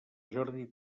jordi